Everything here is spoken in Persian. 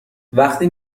وقتی